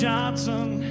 Johnson